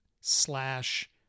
slash